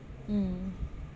mm